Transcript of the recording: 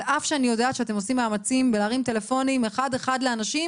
על אף שאני יודעת שאתם עושים מאמצים בלהרים טלפונים אחד אחד לאנשים,